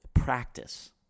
Practice